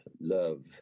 love